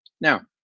Now